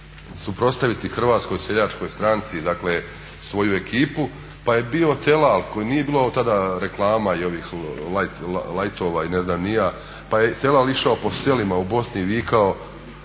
suprotstaviti Hrvatskoj seljačkoj stranci dakle svoju ekipu pa je bio telal, nije bilo tada reklama i ovih lightova i ne znam ni ja, pa je telal išao po selima u Bosni i vikao